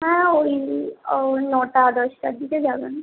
হ্যাঁ ওই নটা দশটার দিকে যাবেন